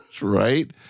Right